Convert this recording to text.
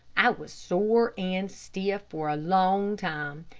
i was sore and stiff for a long time,